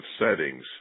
settings